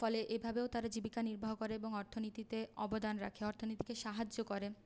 ফলে এভাবেও তারা জীবিকা নির্বাহ করে এবং অর্থনীতিতে অবদান রাখে অর্থনীতিকে সাহায্য করে